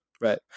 right